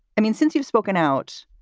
i mean, since you've spoken out,